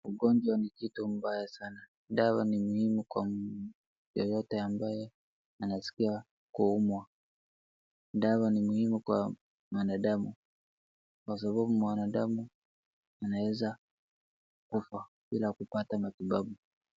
Ugonjwa ni kitu mbaya sana. Dawa ni muhimu kwa mtu yoyote ambaye anaskia kuumwa. Dawa ni muhimu kwa mwanadamu, kwa sababu mwanadamu anaweza kufa bila kupata matibabu.